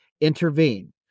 intervene